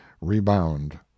rebound